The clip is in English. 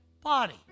Body